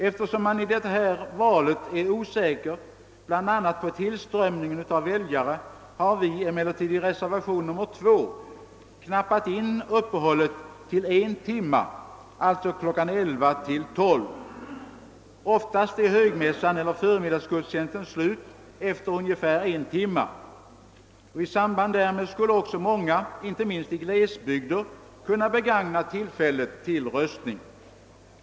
Eftersom man i detta fall är osäker, bl.a. beträffande tillströmningen av väljare, har vi i reservationen nr 2 knappat in uppehållet till en timme, alltså kl. 11-12. Oftast är högmässan eller förmiddagsgudstjänsten slut efter ungefär en timme. I samband därmed — alltså före eller efter gudstjänsten — skulle också många, inte minst i glesbygder, kunna begagna tillfället att rösta.